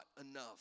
enough